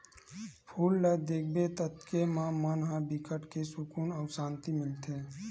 फूल ल देखबे ततके म मन ला बिकट के सुकुन अउ सांति मिलथे